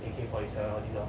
you can voice out you know